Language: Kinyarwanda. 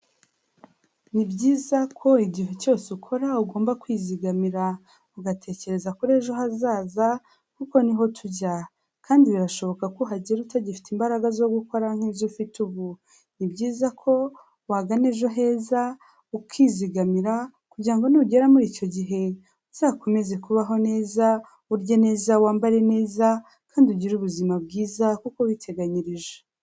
Ni byiza ko igihe cyose ukora ugomba kwizigamira ugatekereza ko ejo hazaza kuko niho tujya kandi birashoboka ko uhagira utagifite imbaraga zo gukora nk'ibyo ufite ubu ni byiza ko wagana ejo heza ukizigamira kugira ngo nugera muri icyo gihe uzakomezaze kubaho neza urye neza wambare neza kandi ugire ubuzima bwiza kuko witeganyirije.